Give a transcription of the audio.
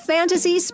Fantasy